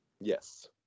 Yes